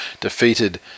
defeated